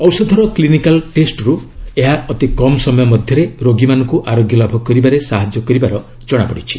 ଔଷଧର କ୍ଲିନିକାଲ୍ ଟେଷ୍ଟରୁ ଏହା ଅତି କମ୍ ସମୟ ମଧ୍ୟରେ ରୋଗୀମାନଙ୍କୁ ଆରୋଗ୍ୟ ଲାଭ କରିବାରେ ସାହାଯ୍ୟ କରିବାର ଜଣାପଡ଼ିଛି